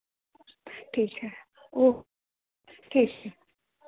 ठीक है वो ठीक है